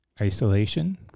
Isolation